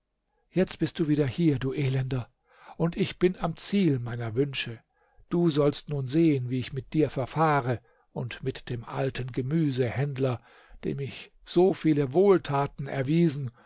jetzt bist du wieder hier du elender und ich bin am ziel meiner wünsche du sollst nun sehen wie ich mit dir verfahre und mit dem alten gemüsehändler dem ich so viele wohltaten erwiesen